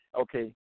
Okay